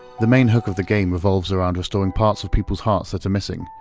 the main hook of the game revolves around restoring parts of people's hearts that are missing,